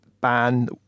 ban